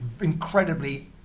incredibly